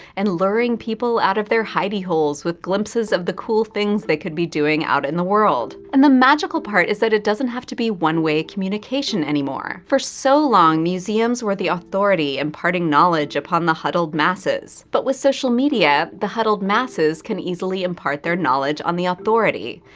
and luring people out of their hidey holes with glimpses of the cool things they could be doing out in the world. and the magical part is that it doesn't have to be one way communication anymore. for so long museums were the authority imparting their knowledge upon the huddled masses. but with social media, the huddled masses can easily impart their knowledge on the authority,